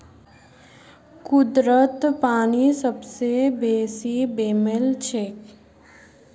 कुदरतत पानी सबस बेसी बेमेल छेक